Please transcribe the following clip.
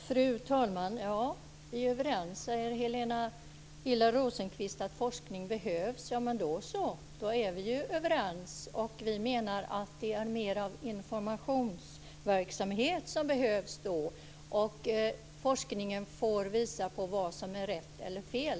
Fru talman! Vi är överens om att forskning behövs, säger Helena Hillar Rosenqvist. Då så, då är vi överens. Vi menar att det är mer av informationsverksamhet som behövs. Forskningen får visa vad som är rätt eller fel.